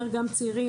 ויחבר אליו גם צעירים,